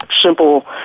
simple